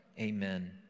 Amen